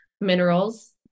minerals